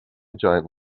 giant